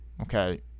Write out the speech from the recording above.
Okay